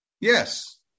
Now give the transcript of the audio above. Yes